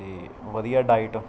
ਅਤੇ ਵਧੀਆ ਡਾਈਟ